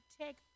take